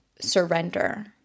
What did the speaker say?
surrender